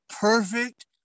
perfect